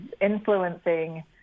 influencing